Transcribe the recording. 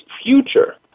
future